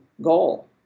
goal